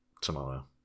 tomorrow